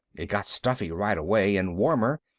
it got stuffy right away, and warmer,